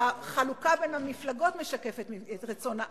החלוקה בין המפלגות משקפת את רצון העם.